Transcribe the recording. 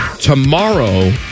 Tomorrow